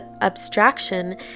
abstraction